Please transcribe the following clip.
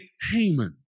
Haman